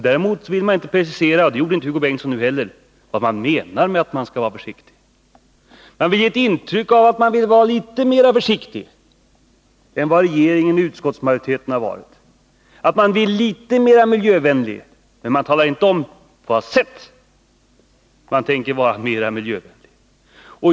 Däremot vill man inte precisera — det gjorde inte Hugo Bengtsson nu heller — vad man menar med att man skall vara försiktig. Man vill ge ett intryck av att man vill vara litet mer försiktig än vad regeringen och utskottsmajoriteten har varit, att man är litet mer miljövänlig, men man talar inte om på vad sätt man tänker vara mer miljövänlig.